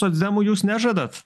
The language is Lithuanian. socdemų jūs nežadat